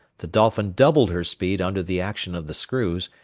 the dolphin doubled her speed under the action of the screws,